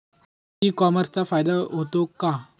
E कॉमर्सचा फायदा होतो का?